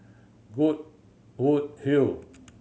Goodwood Hill